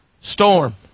storm